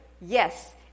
Yes